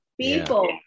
people